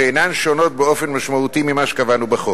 שאינן שונות באופן משמעותי ממה שקבענו בחוק.